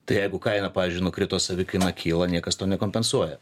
tai jeigu kaina pavyzdžiui nukrito savikaina kyla niekas to nekompensuoja